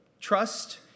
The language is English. trust